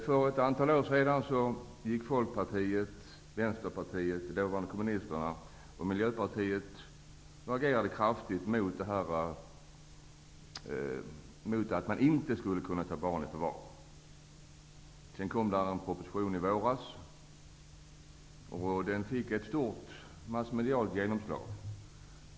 För ett antal år sedan reagerade Folkpartiet, Vänsterpartiet, dvs. dåvarande kommunisterna, och Miljöpartiet kraftigt mot att barn skulle kunna tas i förvar. I våras kom det en proposition. Den fick ett stort massmedialt genomslag.